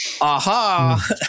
aha